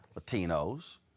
Latinos